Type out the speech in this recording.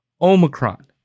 Omicron